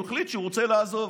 הוא החליט שהוא רוצה לעזוב.